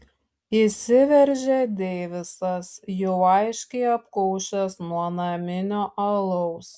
įsiveržia deivisas jau aiškiai apkaušęs nuo naminio alaus